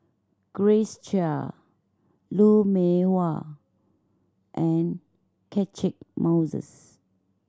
Grace Chia Lou Mee Wah and Catchick Moses